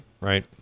right